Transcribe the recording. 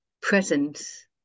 presence